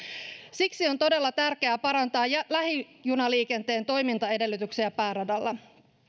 siksi on todella tärkeää parantaa lähijunaliikenteen toimintaedellytyksiä pääradalla